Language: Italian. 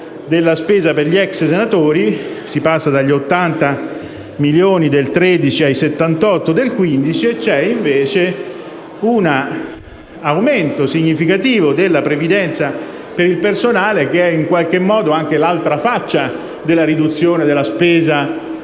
spesa per gli ex senatori (si passa dagli 80 milioni del 2013 ai 78 del 2015) è c'è invece un aumento significativo della previdenza per il personale che è in qualche modo anche l'altra faccia della riduzione della spesa